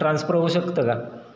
transfer होऊ शकतं का